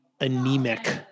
anemic